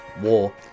War